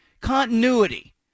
continuity